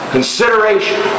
Consideration